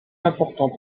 important